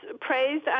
praised